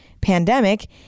pandemic